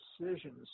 decisions